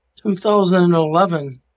2011